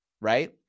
right